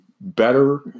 better